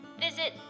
visit